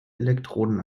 elektroden